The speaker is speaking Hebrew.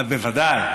בוודאי.